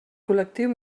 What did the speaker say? col·lectiu